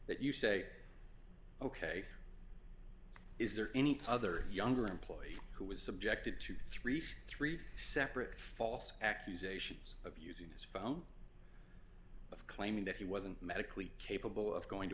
that you say ok is there anything other younger employee who was subjected to three c three separate false accusations of using his phone of claiming that he wasn't medically capable of going to